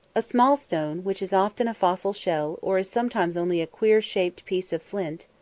a small stone, which is often a fossil shell, or sometimes only a queer shaped piece of flint,